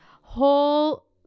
whole